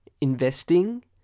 investing